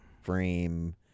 frame